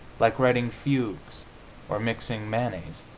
like writing fugues or mixing mayonnaise.